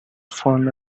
form